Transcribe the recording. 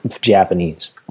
Japanese